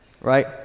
right